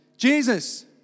Jesus